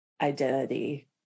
identity